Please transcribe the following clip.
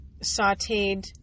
sauteed